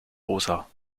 rosa